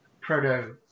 proto-